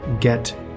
get